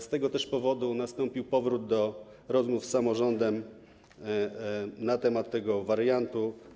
Z tego też powodu nastąpił powrót do rozmów z samorządem na temat tego wariantu.